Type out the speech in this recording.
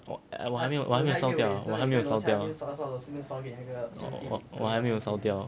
哦我还没有烧掉我还没有烧掉我我我还没有烧掉